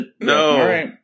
No